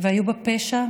והיו בה פשע,